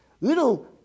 little